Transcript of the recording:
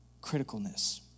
criticalness